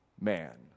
man